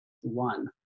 one